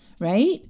right